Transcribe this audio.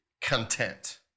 content